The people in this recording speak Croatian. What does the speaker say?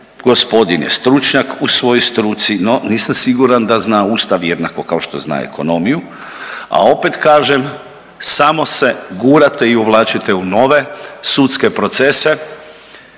gospodin je stručnjak u svojoj struci, no nisam siguran da zna ustav jednako kao što zna ekonomiju, a opet kažem samo se gurate i uvlačite u nove sudske procese.